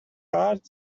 hard